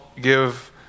give